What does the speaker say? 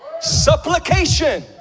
Supplication